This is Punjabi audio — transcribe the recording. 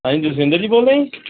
ਹਾਂਜੀ ਜਸਵਿੰਦਰ ਜੀ ਬੋਲਦੇ